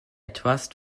trust